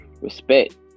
respect